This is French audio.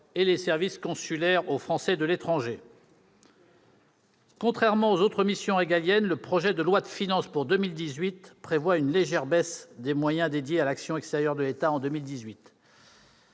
et les services consulaires aux Français de l'étranger. Contrairement aux autres missions régaliennes, le projet de loi de finances pour 2018 prévoit une légère baisse des moyens dédiés à la mission « Action extérieure de l'État » en 2018.